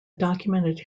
documented